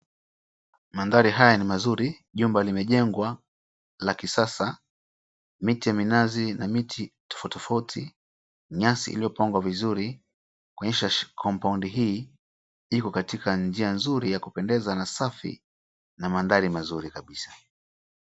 Maandhari haya ni mazuri, jumba limejengwa la kisasa, miti ya minazi na miti tofauti tofauti, nyasi iliyopangwa vizuri kuonyesha compound hii iko katika njia nzuri ya kupendeza na safi na maandhari mazuri kabisa.